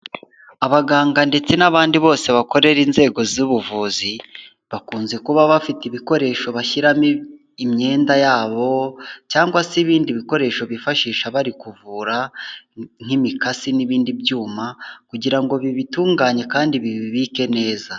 Abaganga ndetse n'abandi bose bakorera inzego z'ubuvuzi bakunze kuba bafite ibikoresho bashyiramo imyenda yabo cyangwa se ibindi bikoresho bifashisha bari kuvura nk'imikasi n'ibindi byuma kugira ngo bibitunganye kandi bibibike neza.